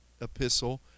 epistle